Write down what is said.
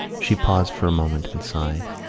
she paused for a moment and sighed.